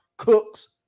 cooks